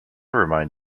remind